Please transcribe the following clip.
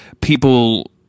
people